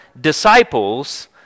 disciples